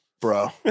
bro